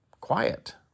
quiet